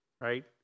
right